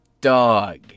Dog